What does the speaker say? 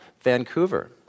Vancouver